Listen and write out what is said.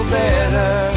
better